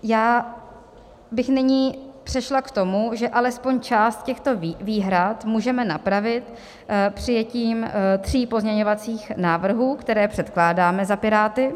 Já bych nyní přešla k tomu, že alespoň část těchto výhrad můžeme napravit přijetím tří pozměňovacích návrhů, které předkládáme za Piráty.